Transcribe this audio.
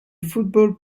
football